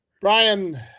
Brian